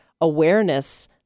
awareness